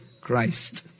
Christ